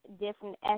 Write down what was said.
different